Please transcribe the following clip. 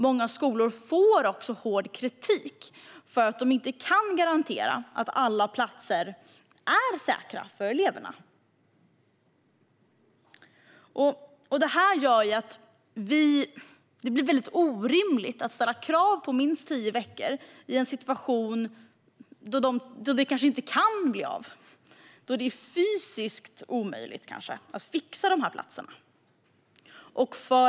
Många skolor får också hård kritik för att de inte kan garantera att alla platser är säkra för eleverna. Det gör att det blir orimligt att ställa krav på minst tio dagars prao i en situation då detta kanske inte kan bli av och då det kanske är helt omöjligt att fixa dessa platser.